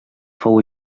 fou